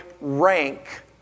rank